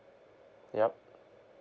yup